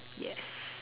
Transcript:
yes